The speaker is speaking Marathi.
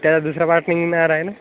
त्याचा दुसरा पार्ट निघणार आहे न